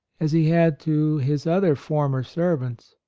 as he had to his other former servants.